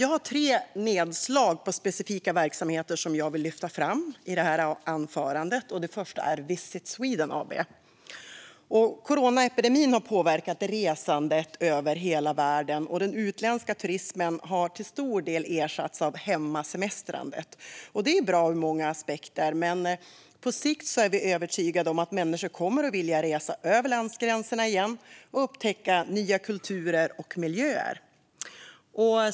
Jag har tre nedslag på specifika verksamheter som jag vill lyfta fram i detta anförande. Det första är Visit Sweden AB. Coronaepidemin har påverkat resandet över hela världen, och den utländska turismen har till stor del ersatts av hemmasemestrandet. Detta är bra ur många aspekter, men på sikt är vi övertygade om att människor kommer att vilja resa över landsgränserna igen och upptäcka nya kulturer och miljöer.